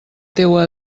teua